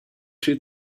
two